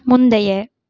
முந்தைய